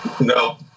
No